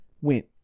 went